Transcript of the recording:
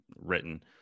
written